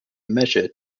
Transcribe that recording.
measure